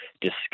discuss